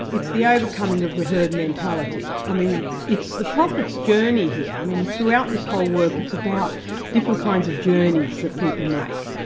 it's the overcoming of the herd mentality. i mean it's the prophet's journey here, i mean throughout this whole work it's about different kinds of journeys that people make,